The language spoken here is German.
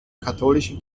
katholischen